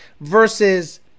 versus